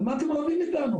על מה אתם רבים איתנו?